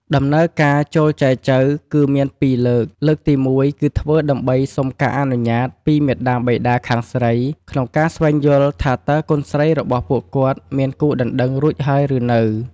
ដំណើរ ការចូលចែចូវគឺមានពីរលើក លើកទីមួយ គឺធ្វើដើម្បី សុំការអនុញ្ញាត ពីមាតាបិតាខាងស្រីក្នុងការស្វែងយល់ថាតើកូនស្រីរបស់ពួកគាត់មានគូដណ្តឹងរួចហើយ ឬនៅ។